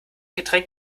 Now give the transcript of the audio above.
getränk